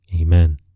Amen